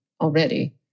already